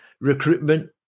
recruitment